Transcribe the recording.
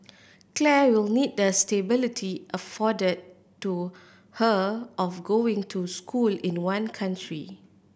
Claire will need the stability afforded to her of going to school in one country